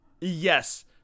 Yes